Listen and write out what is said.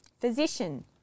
Physician